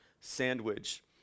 sandwich